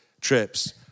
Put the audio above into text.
trips